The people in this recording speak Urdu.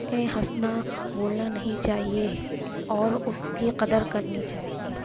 ہنسنا بولنا نہیں چاہیے اور اس کی قدر کرنی چاہیے